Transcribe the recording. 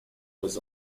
was